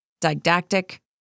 didactic